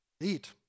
eat